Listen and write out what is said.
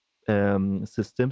systems